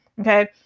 okay